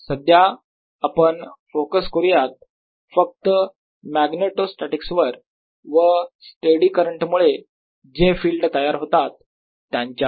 सध्या आपण फोकस करूयात फक्त मॅग्नेटोस्टॅटिकस वर व स्टेडी करंट मुळे जे फिल्ड तयार होतात त्यांच्यावर